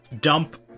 dump